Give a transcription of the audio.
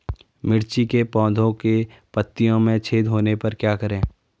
मिर्ची के पौधों के पत्तियों में छेद होने पर क्या करें?